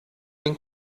den